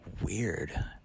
Weird